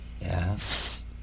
Yes